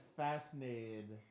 fascinated